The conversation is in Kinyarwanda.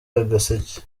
agaseke